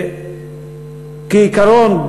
כעיקרון,